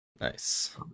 Nice